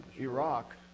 Iraq